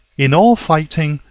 in all fighting,